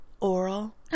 Oral